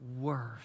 worth